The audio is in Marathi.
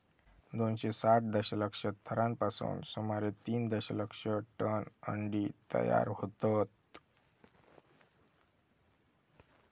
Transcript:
दोनशे साठ दशलक्ष थरांपासून सुमारे तीन दशलक्ष टन अंडी तयार होतत